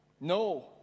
No